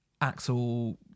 Axel